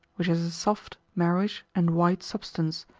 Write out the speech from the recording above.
which is a soft, marrowish, and white substance,